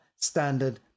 standard